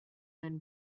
than